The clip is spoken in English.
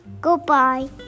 Goodbye